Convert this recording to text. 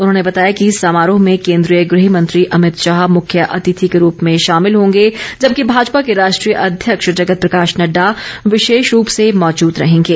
उन्होंने बताया कि समारोह में केन्द्रीय गृह मंत्री अभित शाह मुख्य अतिथि के रूप में शामिल होंगे जबकि भाजपा के राष्ट्रीय अध्यक्ष जगत प्रकाश नड़ंडा विशेष रूप से मौजूद रहेंगे